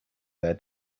their